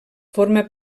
forma